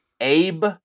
Abe